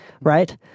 right